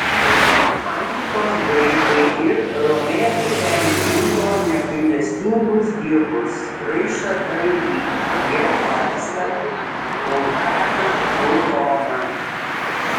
antikos graikai ir romėnai ten įgrūdo negailestingus dievus raišą kalvį hefaistą vulkaną plutoną